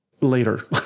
later